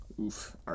Oof